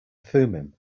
thummim